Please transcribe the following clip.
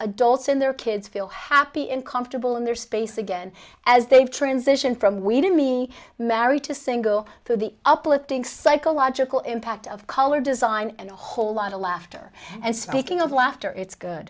adults in their kids feel happy and comfortable in their space again as they transition from waiting me married to single for the uplifting psychological impact of color design and a whole lot of laughter and speaking of laughter it's good